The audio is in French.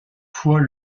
fois